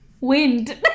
Wind